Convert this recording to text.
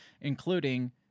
including